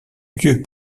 lieux